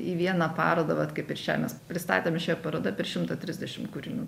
į vieną parodą vat kaip ir šią mes pristatėm šioje parodo per šimtą trisdešim kūrinių